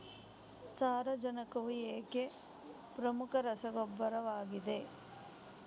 ಸಾರಜನಕವು ಏಕೆ ಪ್ರಮುಖ ರಸಗೊಬ್ಬರವಾಗಿದೆ?